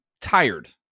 tired